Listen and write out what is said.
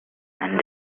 and